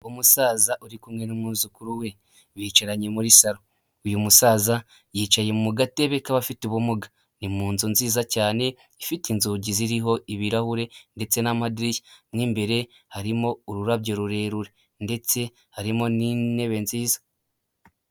Umusaza uri kumwe n'umwuzukuru we bicaranye muri salo. Uyu musaza yicaye mu gatebe k'abafite ubumuga ni mu nzu nziza cyane ifite inzugi ziriho ibirahure ndetse n'amadirishya, mo imbere harimo ururabyo rurerure ndetse harimo n'intebe nziza.